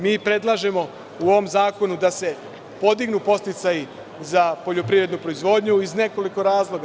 Mi predlažemo u ovom zakonu da se podignu podsticaji za poljoprivrednu proizvodnju iz nekoliko razloga.